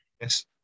Yes